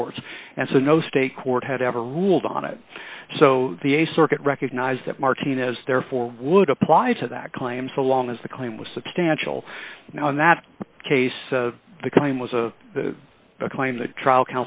courts and so no state court had ever ruled on it so the a circuit recognized that martinez therefore would apply to that claim so long as the claim was substantial now in that case the claim was a claim that a trial